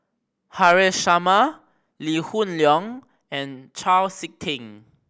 Haresh Sharma Lee Hoon Leong and Chau Sik Ting